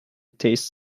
taste